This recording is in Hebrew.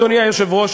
אדוני היושב-ראש,